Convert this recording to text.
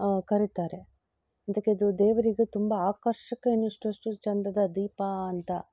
ಕರಿತಾರೆ ಅದಕ್ಕೆ ಇದು ದೇವರಿಗೂ ತುಂಬ ಆಕರ್ಷಕ ಇನ್ನಿಷ್ಟಷ್ಟು ಚಂದದ ದೀಪ ಅಂತ